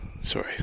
sorry